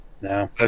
No